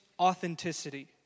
authenticity